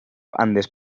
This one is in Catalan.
andes